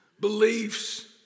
beliefs